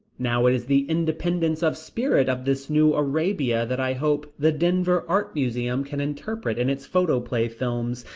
now it is the independence of spirit of this new arabia that i hope the denver art museum can interpret in its photoplay films,